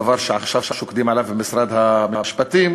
דבר שעכשיו שוקדים עליו במשרד המשפטים,